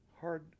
hard